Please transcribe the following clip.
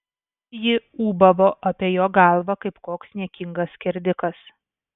ji ūbavo apie jo galvą kaip koks niekingas skerdikas